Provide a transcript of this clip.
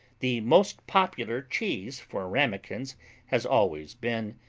the most popular cheese for ramekins has always been,